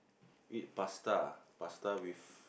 you eat pasta pasta with